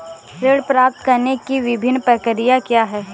ऋण प्राप्त करने की विभिन्न प्रक्रिया क्या हैं?